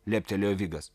leptelėjo vigas